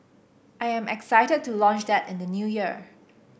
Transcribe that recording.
I am excited to launch that in the New Year